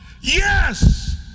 yes